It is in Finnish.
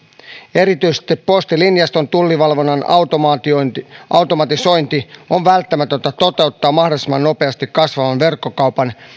ja erityisesti postilinjaston tullivalvonnan automatisointi automatisointi on välttämätöntä toteuttaa mahdollisimman nopeasti kasvavan verkkokaupan